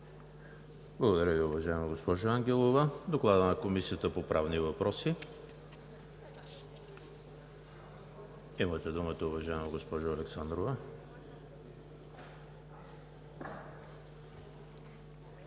Благодаря Ви, уважаема госпожо Ангелова. Следва Докладът на Комисията по правни въпроси. Имате думата, уважаема госпожо Александрова.